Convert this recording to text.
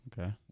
Okay